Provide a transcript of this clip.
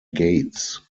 gates